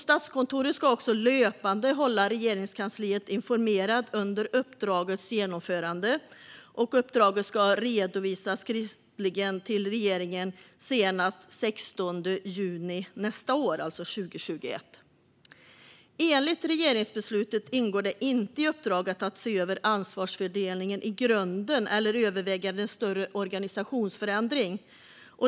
Statskontoret ska löpande hålla Regeringskansliet informerat under uppdragets genomförande. Uppdraget ska redovisas skriftligen till regeringen senast den 16 juni nästa år, alltså 2021. Enligt regeringsbeslutet ingår det inte i uppdraget att se över ansvarsfördelningen i grunden eller att överväga en större organisationsförändring.